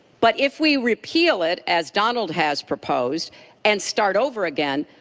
but if we repeal it as donald has proposed and start over again,